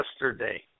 yesterday